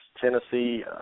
Tennessee